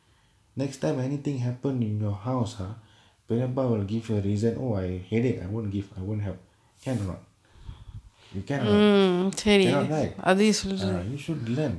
next time anything happen in your house ah பெரியப்பா:periyappaa will give you a reason oh I headache I won't give I won't help can or not you can or not cannot lie ah you should learn